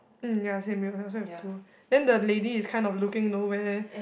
um ya same we also have two then the lady is kind of looking nowhere